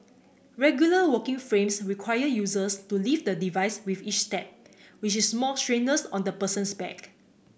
regular walking frames require users to lift the device with each step which is more strenuous on the person's back